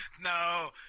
No